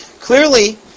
Clearly